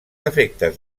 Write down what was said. efectes